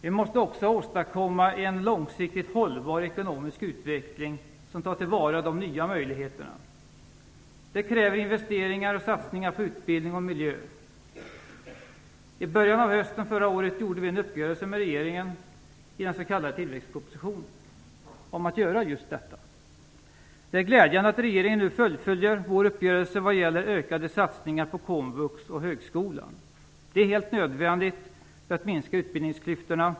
Vi måste också åstadkomma en långsiktigt hållbar ekonomisk utveckling som tar till vara de nya möjligheterna. Det kräver investeringar och satsningar på utbildning och miljö. I början av hösten förra året gjorde vi en uppgörelse med regeringen - i den s.k. tillväxtpropositionen - om att göra just detta. Det är glädjande att regeringen nu fullföljer vår uppgörelse vad gäller ökade satsningar på komvux och högskolan. Det är helt nödvändigt för att minska utbildningsklyftorna.